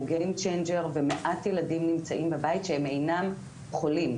game changer ומעט ילדים נמצאים בבית שהם אינם חולים,